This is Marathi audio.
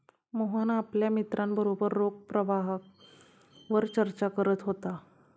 मोहन आपल्या मित्रांबरोबर रोख प्रवाहावर चर्चा करत होता